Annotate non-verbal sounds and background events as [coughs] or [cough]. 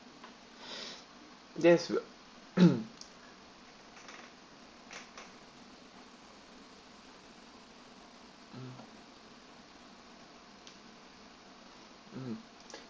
[noise] yes we'll [coughs] mm mm